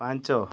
ପାଞ୍ଚ